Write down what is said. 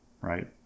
right